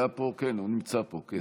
כן, הוא נמצא פה, כן.